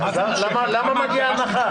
למה מגיעה הנחה?